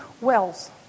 wells